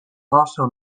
also